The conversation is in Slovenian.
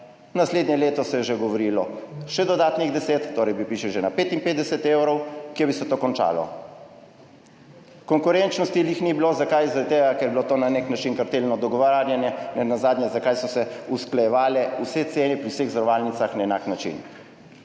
naslednje leto se je že govorilo še dodatnih deset, torej piše že na 55 evrov kje bi se to končalo? Konkurenčnosti jih ni bilo. Zakaj? Zaradi tega, ker je bilo to na nek način kartelno dogovarjanje, nenazadnje, zakaj so se usklajevale vse cene pri vseh zavarovalnicah na enak način.